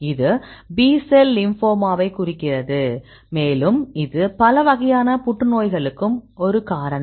இது B cell லிம்போமாவைக் குறிக்கிறது மேலும் இது பல வகையான புற்றுநோய்களுக்கும் ஒரு காரணம்